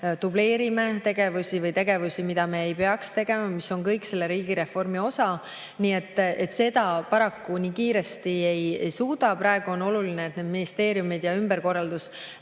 dubleerime tegevusi või kus on tegevusi, mida me ei peaks tegema. See on kõik selle riigireformi osa. Seda paraku nii kiiresti ei suuda. Praegu on oluline, et need ministeeriumid ja ümberkorraldus